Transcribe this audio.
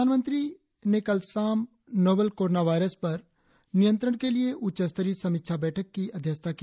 प्रधानमंत्री ने कल शाम नोवल कोरोना वायरस पर नियंत्रण के लिए उच्चस्तरीय समीक्षा बैठक की अध्यक्षता की